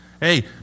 Hey